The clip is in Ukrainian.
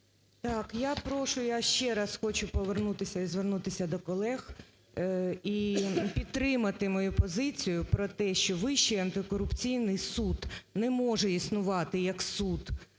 я ще раз хочу повернутися і звернутися до колег, і підтримати мою позицію про те, що Вищий антикорупційний суд не може існувати як суд